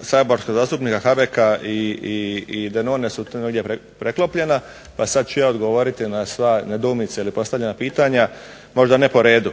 saborskog zastupnika Habeka i Denone su tu negdje preklopljena, pa sad ću ja odgovoriti na sva, nedoumice ili postavljena pitanja, možda ne po redu.